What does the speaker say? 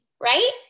right